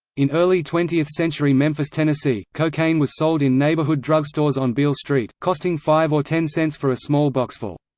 in early twentieth century memphis, tennessee, cocaine was sold in neighborhood drugstores on beale street, costing five or ten cents for a small boxful.